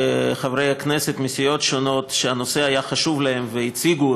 שחברי כנסת מסיעות שונות שהנושא חשוב להם והם הציגו